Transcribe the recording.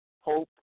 hope